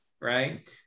right